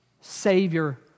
Savior